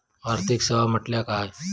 आर्थिक सेवा म्हटल्या काय?